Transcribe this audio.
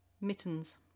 Mittens